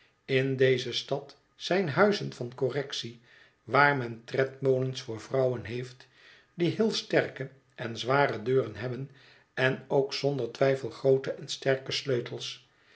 in deze stad zijn huizen van correctie waar men tredmolens voor vrouwen heeft die heel sterke en zware deuren hebben en ook zonder twijfel groote en sterke sleutels